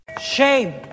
Shame